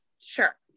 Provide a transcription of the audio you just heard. Sure